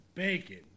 Bacon